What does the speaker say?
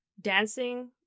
dancing